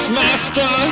master